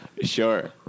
Sure